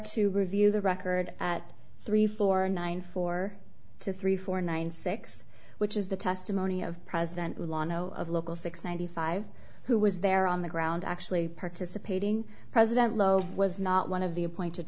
to review the record at three four nine four two three four nine six which is the testimony of president law no of local six ninety five who was there on the ground actually participating president lowe was not one of the appointed